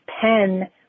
pen